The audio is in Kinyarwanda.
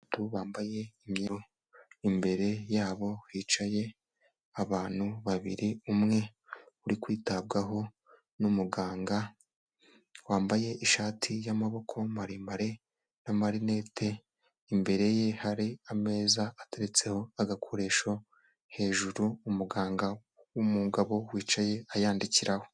Abagabo bambaye imero, imbere yabo hicaye abantu babiri, umwe uri kwitabwaho n'umuganga wambaye ishati y'amaboko maremare n'amalunette, imbere ye hari ameza ateretseho agakoresho hejuru, umuganga w'umugabo wicaye ayandikiraho.